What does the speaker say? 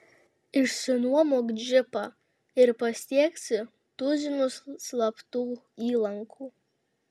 išsinuomok džipą ir pasieksi tuzinus slaptų įlankų